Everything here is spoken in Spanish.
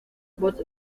bob